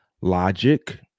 logic